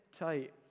tight